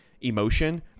emotion